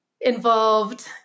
involved